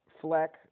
Fleck